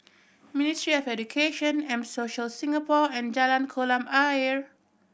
ministry of Education M Social Singapore and Jalan Kolam Ayer